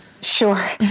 Sure